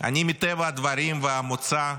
מטבע הדברים והמוצא,